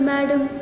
Madam